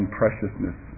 preciousness